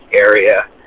area